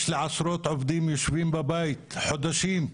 יש לי עשרות עובדים שיושבים בבית במשך חודשים.